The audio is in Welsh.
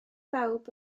bawb